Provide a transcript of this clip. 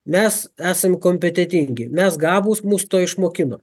mes esam kompetentingi mes gabūs mus to išmokino